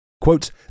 Quote